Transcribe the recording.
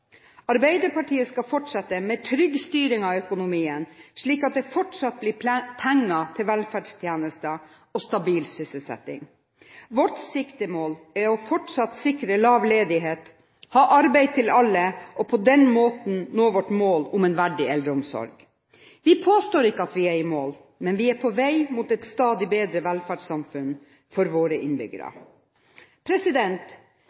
Arbeiderpartiet skal fortsette med trygg styring av økonomien, slik at det fortsatt blir penger til velferdstjenester og stabil sysselsetting. Vårt siktemål er fortsatt å sikre lav ledighet, ha arbeid til alle og på den måten nå vårt mål om en verdig eldreomsorg. Vi påstår ikke at vi er i mål, men vi er på vei mot et stadig bedre velferdssamfunn for våre innbyggere.